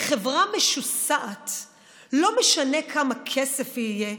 בחברה משוסעת לא משנה כמה כסף יהיה,